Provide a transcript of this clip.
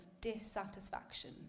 dissatisfaction